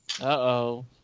Uh-oh